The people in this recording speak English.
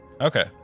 Okay